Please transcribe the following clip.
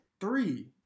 Three